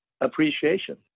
appreciation